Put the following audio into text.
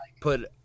put